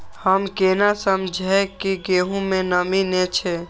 हम केना समझये की गेहूं में नमी ने छे?